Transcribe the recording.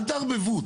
אל תערבבו.